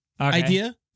idea